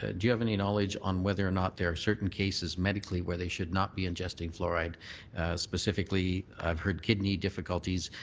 ah do you have any knowledge on whether or not there are certain indications medically where they should not be ingesting fluoride specifically i've heard kidney difficulties,